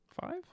five